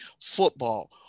football